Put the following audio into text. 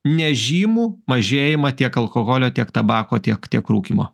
nežymų mažėjimą tiek alkoholio tiek tabako tiek tiek rūkymo